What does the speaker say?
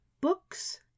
books